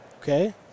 Okay